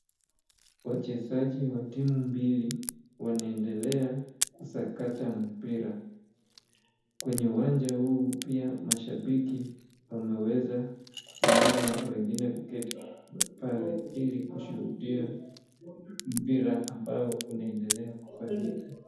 Wachezaji wa timu mbili wanaendelea kusakata mpira. Kwenye uwanja huu, pia mashabiki wameweza kusimama wengine kuketi pale ili kushuhudia, mpira ambao unaendelea kufanyika.